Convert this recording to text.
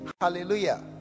Hallelujah